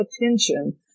attention